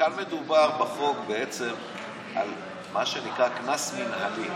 כאן מדובר בחוק בעצם על מה שנקרא קנס מינהלי,